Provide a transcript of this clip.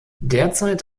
derzeit